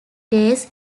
days